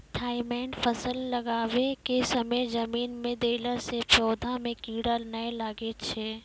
Thimet फ़सल लगाबै के समय जमीन मे देला से पौधा मे कीड़ा नैय लागै छै?